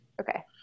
okay